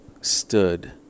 stood